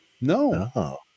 No